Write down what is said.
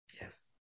Yes